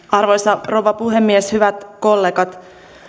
arvoisa rouva puhemies hyvät kollegat